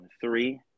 three